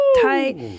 tight